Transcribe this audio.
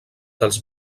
dels